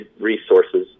resources